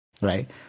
Right